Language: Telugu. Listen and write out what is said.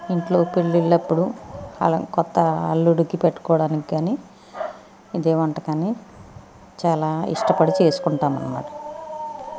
ఇంట్లో పెళ్ళిళ్ళప్పుడు అలా కొత్త అల్లుడికి పెట్టుకోవడానికి కానీ ఇదే వంటకాన్ని చాలా ఇష్టపడి చేసుకుంటాం అన్నమాట